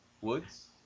woods